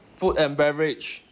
food and beverage